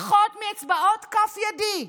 פחות מאצבעות כף ידי,